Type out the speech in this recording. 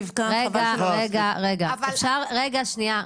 אבל --- רבקה, רגע, שנייה.